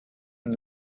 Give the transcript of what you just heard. and